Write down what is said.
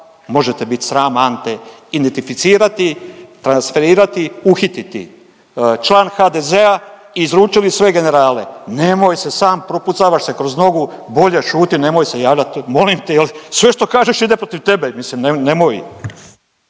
može te bit sram Ante identificirati, transferirati, uhititi. Član HDZ-a izručili sve generale. Nemoj se sam, propucavaš se kroz nogu, bolje šuti, nemoj se javljat molim te, jer sve što kažeš ide protiv teme. Mislim nemoj!